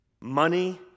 Money